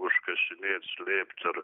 užkasinėt slėpt ar